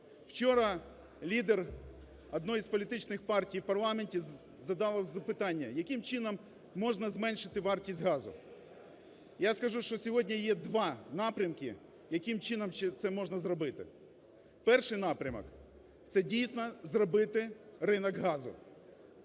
Вчора лідер однієї із політичних партій в парламенті задала запитання, яким чином можна зменшити вартість газу? Я скажу, що сьогодні є два напрямки, яким чином це можна зробити. Перший напрямок – це дійсно зробити ринок газу.